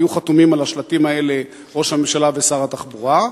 היו חתומים על השלטים האלה ראש הממשלה ושר התחבורה,